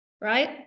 right